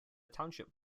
township